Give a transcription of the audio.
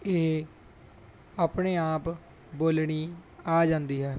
ਇਹ ਆਪਣੇ ਆਪ ਬੋਲਣੀ ਆ ਜਾਂਦੀ ਹੈ